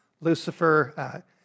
Lucifer